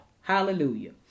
hallelujah